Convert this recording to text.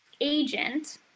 agent